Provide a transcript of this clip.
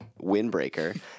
windbreaker